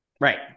Right